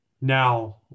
Now